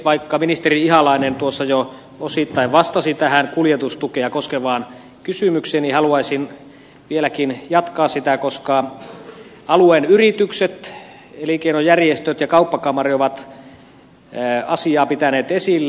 vaikka ministeri ihalainen tuossa jo osittain vastasi tähän kuljetustukea koskevaan kysymykseen niin haluaisin vieläkin jatkaa sitä koska alueen yritykset elinkeinojärjestöt ja kauppakamari ovat asiaa pitäneet esillä